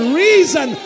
reason